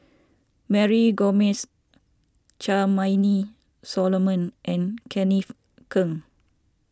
Mary Gomes Charmaine Solomon and Kenneth Keng